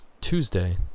Tuesday